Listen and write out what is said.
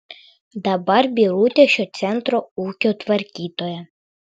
dabar birutė šio centro ūkio tvarkytoja